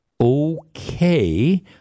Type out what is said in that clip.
Okay